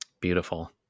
beautiful